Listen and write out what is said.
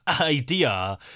idea